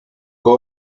cal